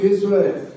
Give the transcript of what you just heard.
Israel